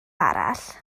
arall